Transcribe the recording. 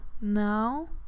now